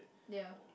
ya